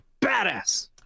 badass